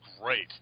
great